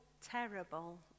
terrible